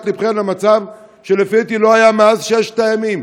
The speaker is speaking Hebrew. לבכם למצב שלפי דעתי לא היה מאז ששת הימים: